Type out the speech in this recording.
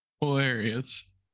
hilarious